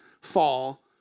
fall